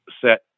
set